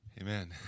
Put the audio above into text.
Amen